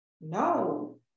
no